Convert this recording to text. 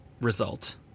result